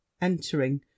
entering